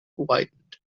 widened